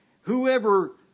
whoever